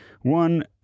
One